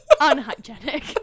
unhygienic